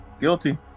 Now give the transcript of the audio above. Guilty